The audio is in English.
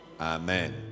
Amen